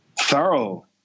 thorough